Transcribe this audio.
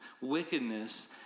wickedness